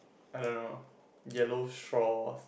I don't know yellow straw